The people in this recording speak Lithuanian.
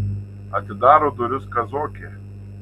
atidaro duris kazokė